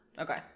Okay